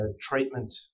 treatment